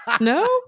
No